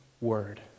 word